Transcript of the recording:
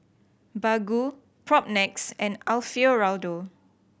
Baggu Propnex and Alfio Raldo